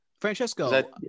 Francesco